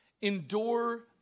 endure